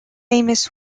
famous